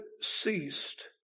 ceased